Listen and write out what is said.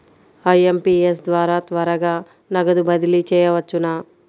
IMPS ద్వారా త్వరగా నగదు బదిలీ చేయవచ్చునా?